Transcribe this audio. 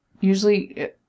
usually